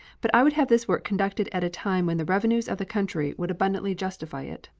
but i would have this work conducted at a time when the revenues of the country would abundantly justify it.